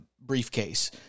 briefcase